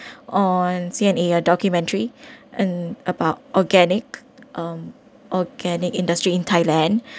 on C_N_A a documentary and about organic um organic industry in thailand